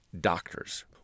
doctors